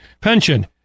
pension